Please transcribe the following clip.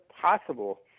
possible